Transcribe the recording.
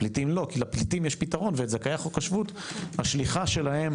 להם יש פתרון וזכאי חוק השבות השליחה שלהם